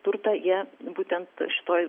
turtą jie būtent šitoj